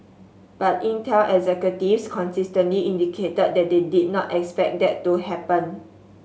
but Intel executives consistently indicated that they did not expect that to happen